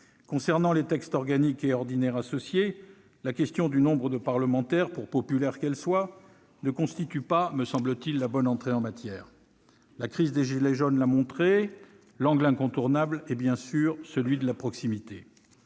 S'agissant des textes organique et ordinaire associés, la question de la réduction du nombre de parlementaires, pour populaire qu'elle soit, ne constitue pas, me semble-t-il, la bonne entrée en matière. La crise des « gilets jaunes » l'a montré : l'angle incontournable est celui de la proximité.